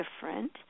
different